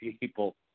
people